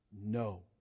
no